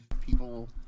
people